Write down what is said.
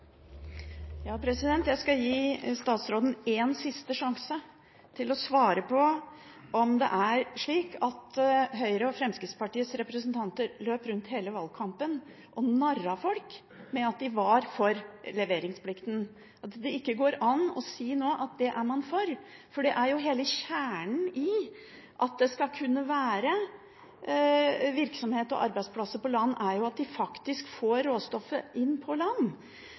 Jeg skal gi statsråden en siste sjanse til å svare på om det er slik at Høyre og Fremskrittspartiets representanter løp rundt i hele valgkampen og narret folk med at de var for leveringsplikten. Går det ikke an å si nå at det er man for? For hele kjernen i at det skal kunne være virksomhet og arbeidsplasser på land, er jo at de faktisk får råstoffet inn på land.